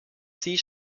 sie